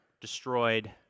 destroyed